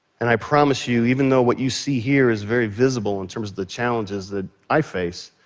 and i promise you, even though what you see here is very visible in terms of the challenges that i face,